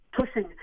pushing